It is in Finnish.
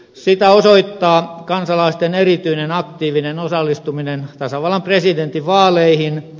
sitä osoittaa kansalaisten erityisen aktiivinen osallistuminen tasavallan presidentin vaaleihin